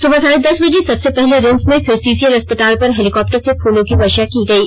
सुबह साढे दस बजे सबसे पहले रिम्स में फिर सीसीएल अस्पताल पर हेलिकॉप्टर से फूलों की वर्षा की गयी